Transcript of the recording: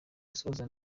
gusoza